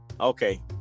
Okay